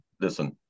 listen